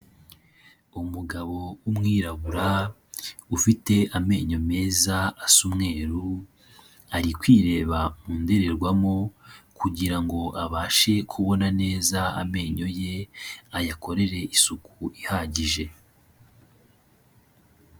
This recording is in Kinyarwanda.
Umugabo w'umwirabura ufite amenyo meza asa umweru, ari kwireba mu ndorerwamo kugira ngo abashe kubona neza amenyo ye, ayakorere isuku ihagije.